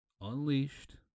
unleashed